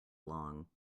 long